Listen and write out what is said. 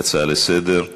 הצעה לסדר-היום.